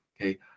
Okay